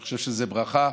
אני חושב שזו ברכה,